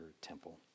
temple